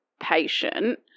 patient